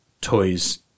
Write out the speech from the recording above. Toys